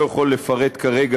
אני לא יכול לפרט כרגע,